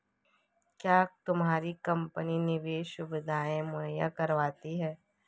क्या तुम्हारी कंपनी निवेश सुविधायें मुहैया करवाती है?